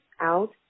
out